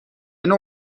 نوع